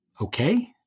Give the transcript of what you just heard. okay